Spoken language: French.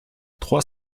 trois